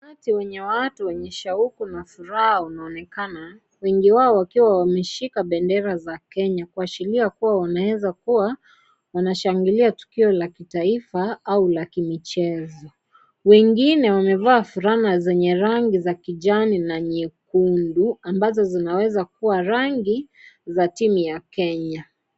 Umati wenye watu wenye shauku na furaha unaonekana wengi wao wakiwa wameshika bendera za Kenya kuashiria kuwa unaeza kuwa wanashangilia tukio la kitaifa au la kimichezo. Wengine wamevaa vulana zenye rangi za kijani na nyekundu ambazo zinaweza kuwa rangi za timu ya Kenya.